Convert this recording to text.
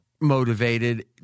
motivated